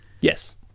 Yes